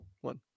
one